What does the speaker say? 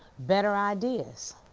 better ideas,